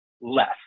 less